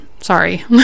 Sorry